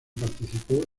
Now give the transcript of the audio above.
participó